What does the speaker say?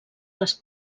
les